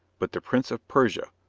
but the prince of persia,